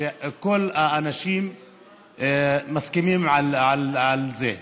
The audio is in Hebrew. שכל האנשים מסכימים על זה.